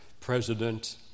president